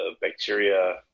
bacteria